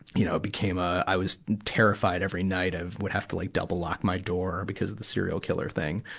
you know, became a, i was terrified every night of, would have to like double-lock my door, because of the serial killer thing.